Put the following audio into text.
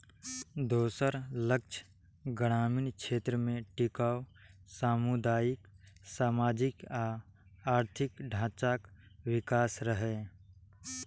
दोसर लक्ष्य ग्रामीण क्षेत्र मे टिकाउ सामुदायिक, सामाजिक आ आर्थिक ढांचाक विकास रहै